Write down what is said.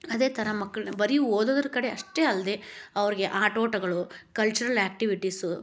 ಅದೇ ಥರ ಮಕ್ಕಳನ್ನು ಬರೀ ಓದೋದ್ರ ಕಡೆ ಅಷ್ಟೇ ಅಲ್ಲದೇ ಅವ್ರಿಗೆ ಆಟೋಟಗಳು ಕಲ್ಚರಲ್ ಆಕ್ಟಿವಿಟಿಸು